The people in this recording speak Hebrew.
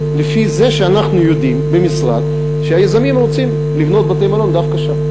לפי זה שאנחנו במשרד יודעים שהיזמים רוצים לבנות בתי-מלון דווקא שם.